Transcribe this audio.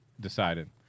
decided